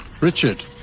Richard